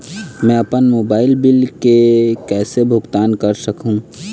मैं अपन mobile bill के कैसे भुगतान कर हूं?